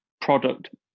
product